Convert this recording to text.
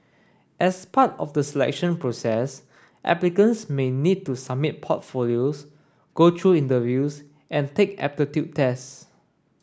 as part of the selection process applicants may need to submit portfolios go through interviews and take aptitude tests